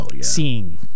seeing